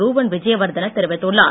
ரூவன் விஜயவர்தன தெரிவித்துள்ளார்